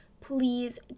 please